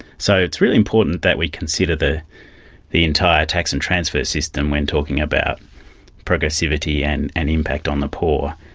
so it's really important that we consider the the entire tax and transfer system when talking about progressivity and and impact on the poor.